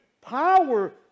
power